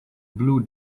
blue